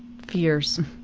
fears.